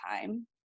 time